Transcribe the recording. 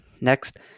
next